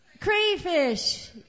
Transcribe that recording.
crayfish